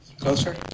closer